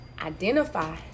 identify